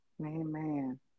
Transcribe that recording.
Amen